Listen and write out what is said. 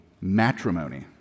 matrimony